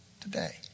today